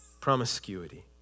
promiscuity